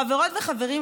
חברות וחברים,